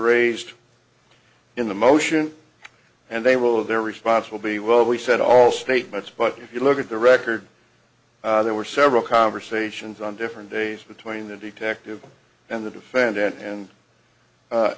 raised in the motion and they will of their response will be well we said all statements but if you look at the record there were several conversations on different days between the detective and the defendant and